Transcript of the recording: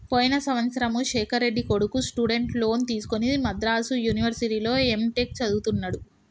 పోయిన సంవత్సరము శేఖర్ రెడ్డి కొడుకు స్టూడెంట్ లోన్ తీసుకుని మద్రాసు యూనివర్సిటీలో ఎంటెక్ చదువుతున్నడు